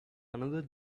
another